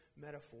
metaphor